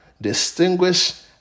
distinguish